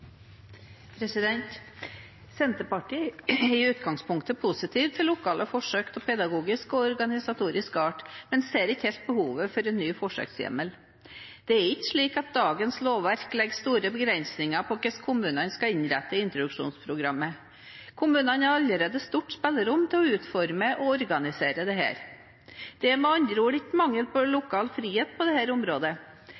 i utgangspunktet positiv til lokale forsøk av pedagogisk og organisatorisk art, men ser ikke helt behovet for en ny forsøkshjemmel. Det er ikke slik at dagens lovverk legger store begrensninger på hvordan kommunene skal innrette introduksjonsprogrammet. Kommunene har allerede stort spillerom til å utforme og organisere dette. Det er med andre ord ikke mangel på